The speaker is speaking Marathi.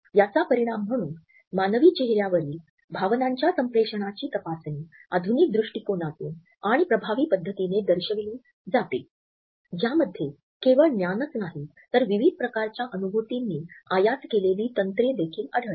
याचा परिणाम म्हणून मानवी चेहऱ्यावरील भावनांच्या संप्रेषणाची तपासणी आधुनिक दृष्टिकोनांतून आणि प्रभावी पद्धतींनी दर्शविली जाते ज्यामध्ये केवळ ज्ञानच नाही तर विविध प्रकारच्या अनुभूतींनी आयात केलेली तंत्रे देखील आढळतात